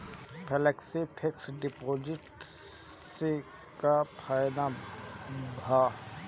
Flexi fix deposit से का फायदा भा?